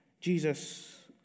Jesus